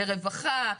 לרווחה,